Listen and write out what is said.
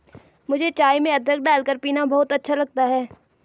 मुझे चाय में अदरक डालकर पीना बहुत अच्छा लगता है